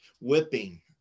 whipping